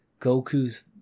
goku's